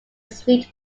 sweet